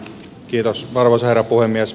kiitos arvoisa herra puhemies